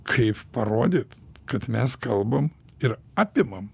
kaip parodyt kad mes kalbam ir apimam